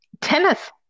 tennis